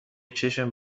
چشم